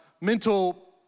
mental